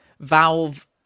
Valve